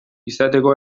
izateko